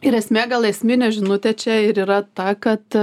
ir esmė gal esminė žinutė čia ir yra ta kad